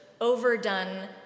overdone